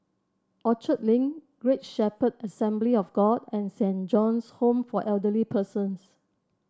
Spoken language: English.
Orchard Link Great Shepherd Assembly of God and Saint John's Home for Elderly Persons